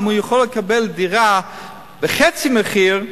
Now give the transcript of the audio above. אם הוא יכול לקבל דירה בחצי מחיר,